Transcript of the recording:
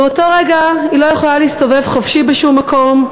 מאותו רגע היא לא יכולה להסתובב חופשי בשום מקום,